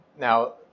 Now